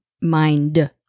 mind